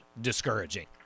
discouraging